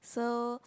so